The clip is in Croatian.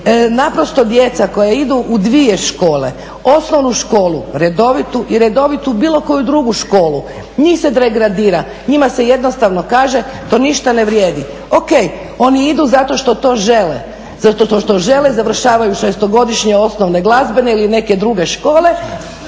Naprosto djeca koja idu u dvije škole osnovnu školu redovitu i redovitu bilo koju drugu školu, njih se degradira, njima se jednostavno kaže to ništa ne vrijedi. O.K. oni idu zato što to žele, zato što to žele, završavaju 6.-to godišnje osnovne glazbene ili neke druge škole